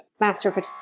Master